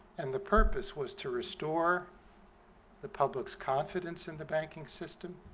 and the purpose was to restore the public's confidence in the banking system